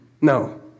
No